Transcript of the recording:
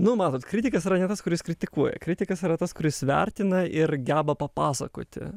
nu matot kritikas yra ne tas kuris kritikuoja kritikas yra tas kuris vertina ir geba papasakoti